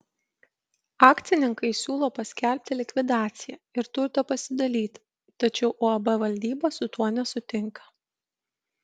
akcininkai siūlo paskelbti likvidaciją ir turtą pasidalyti tačiau uab valdyba su tuo nesutinka